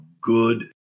good